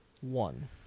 one